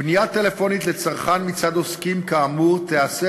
פנייה טלפונית לצרכן מצד עוסקים כאמור תיעשה